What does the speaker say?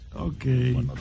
Okay